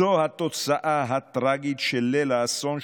זו התוצאה הטרגית של ליל האסון,